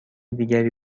دیگری